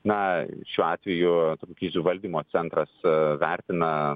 na šiuo atveju krizių valdymo centras vertina